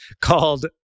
called